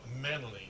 mentally